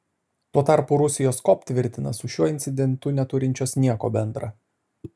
tuo tarpu rusijos kop tvirtina su šiuo incidentu neturinčios nieko bendra